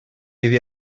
iddi